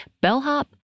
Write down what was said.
bellhop